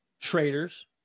traders